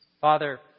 Father